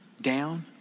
down